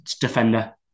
defender